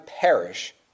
perish